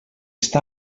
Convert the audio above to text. està